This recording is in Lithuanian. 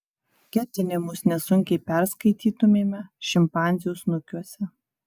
ketinimus nesunkiai perskaitytumėme šimpanzių snukiuose